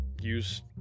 use